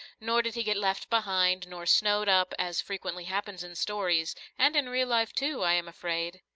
nor did he get left behind nor snowed up, as frequently happens in stories, and in real life too, i am afraid.